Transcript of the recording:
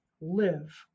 live